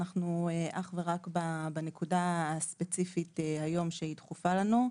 אנחנו אך ורק בנקודה הספציפית היום שהיא דחופה לנו,